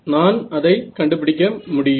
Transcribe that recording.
நான் அதை கண்டுபிடிக்க முடியும்